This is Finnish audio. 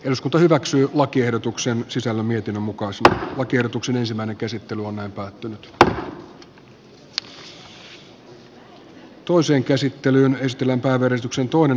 eduskunta hyväksyy lakiehdotuksen sisällön mietinnön mukaan saa oikeutuksen anne kalmari on pirkko mattilan kannattamana ehdottanut että pykälä hyväksytään vastalauseen mukaisena